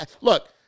look